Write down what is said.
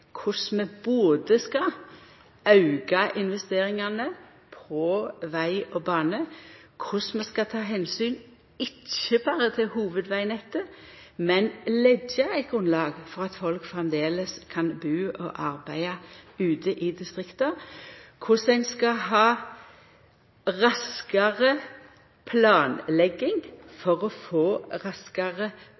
korleis vi skal auka investeringane på veg og bane, korleis vi skal ta omsyn ikkje berre til hovudvegnettet, men leggja eit grunnlag for at folk framleis kan bu og arbeida ute i distrikta, korleis ein skal ha raskare planlegging for å få raskare